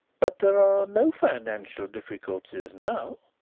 but there are no financial difficulties now.